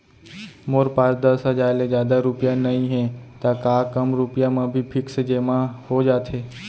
मोर पास दस हजार ले जादा रुपिया नइहे त का कम रुपिया म भी फिक्स जेमा हो जाथे?